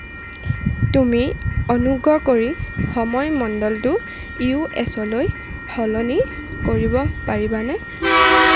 তুমি অনুগ্ৰহ কৰি সময় মণ্ডলটো ইউএছলৈ সলনি কৰিব পাৰিবানে